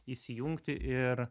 įsijungti ir